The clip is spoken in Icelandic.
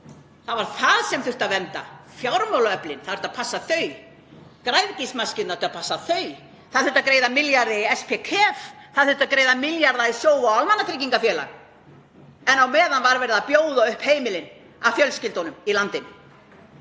Það var það sem þurfti að vernda, fjármálaöflin, það þurfti að passa þau, græðgismaskínuna. Það þurfti að passa þau. Það þurfti að greiða milljarða í SpKef. Það þurfti að greiða milljarða í Sjóvá almannatryggingafélag. Á meðan var verið að bjóða upp heimilin af fjölskyldunum í landinu.